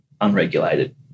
unregulated